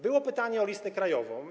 Było pytanie o listę krajową.